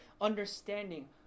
understanding